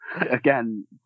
Again